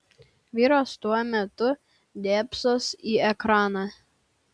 vyras tuo metu dėbsos į ekraną